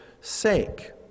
sake